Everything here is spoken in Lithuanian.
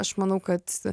aš manau kad